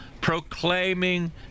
proclaiming